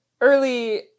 early